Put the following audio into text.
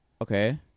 okay